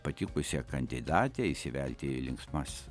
patikusią kandidatę įsivelti į linksmas